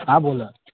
हां बोला